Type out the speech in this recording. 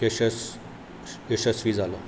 यशस यशस्वी जालो